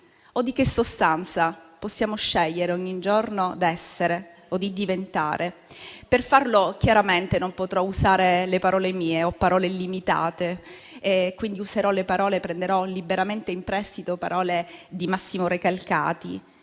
o di che sostanza possiamo scegliere ogni giorno di essere o di diventare. Per farlo, chiaramente, non potrò usare le parole mie. Ho parole limitate e quindi prenderò liberamente in prestito le parole di Massimo Recalcati.